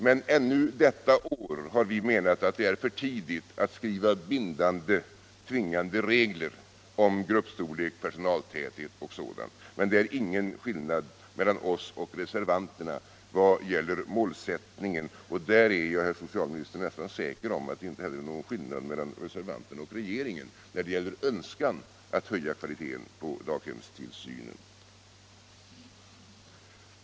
Men vi har menat att det i år är för tidigt att skriva tvingande regler om gruppstorlek, personaltäthet och sådant. Det är ingen skillnad mellan oss och reservanterna i vad gäller mål Barnomsorgen Barnomsorgen sättningen, och jag är, herr socialminister, nästan säker på att det inte heller finns någon skillnad mellan reservanterna och regeringen när det gäller önskan att höja kvaliteten på daghemstillsynen.